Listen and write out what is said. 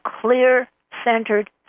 clear-centered